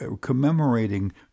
commemorating